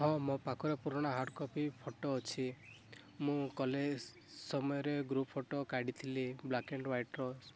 ହଁ ମୋ ପାଖରେ ପୁରୁଣା ହାର୍ଡ଼ କପି ଫଟୋ ଅଛି ମୁଁ କଲେଜ ସମୟରେ ଗ୍ରୁପ ଫଟୋ କାଢ଼ିଥିଲି ବ୍ଲାକ୍ ଆଣ୍ଡ ୱାଇଟର